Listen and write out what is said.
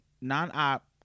Non-op